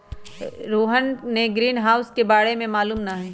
रोहन के ग्रीनहाउस के बारे में मालूम न हई